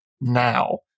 now